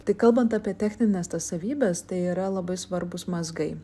tai kalbant apie technines tas savybes tai yra labai svarbūs mazgai